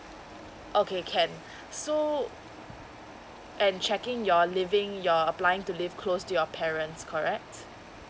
okay can so and checking your living you're applying to live close to your parents correct